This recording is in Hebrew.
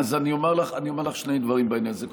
אז אני אומר לך שני דברים בעניין הזה.